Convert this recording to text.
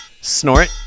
Snort